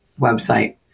website